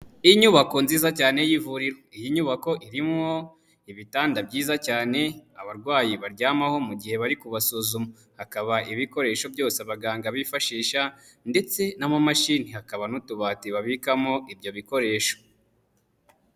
Inyubako nziza cyane y'ivuriro. Iyi nyubako irimwo ibitanda byiza cyane abarwayi baryamaho mu gihe bari kubasuzuma, hakaba ibikoresho byose abaganga bifashisha ndetse n'amamashini, hakaba n'utubati babikamo ibyo bikoresho.